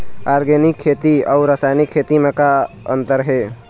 Organic खेती अउ रासायनिक खेती म का अंतर हे?